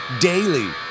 daily